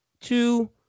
two